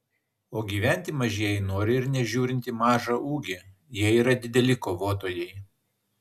o gyventi mažieji nori ir nežiūrint į mažą ūgį jie yra dideli kovotojai